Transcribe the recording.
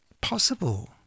possible